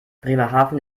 bremerhaven